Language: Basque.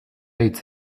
hitz